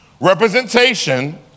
Representation